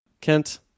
Kent